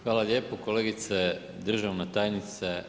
Hvala lijepo kolegice državna tajnice.